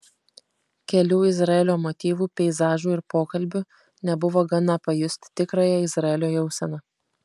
kelių izraelio motyvų peizažų ir pokalbių nebuvo gana pajusti tikrąją izraelio jauseną